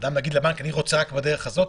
--- אדם יגיד לבנק: אני רוצה רק בדרך הזאת.